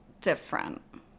different